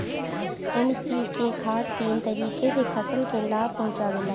NPK खाद तीन तरीके से फसल के लाभ पहुंचावेला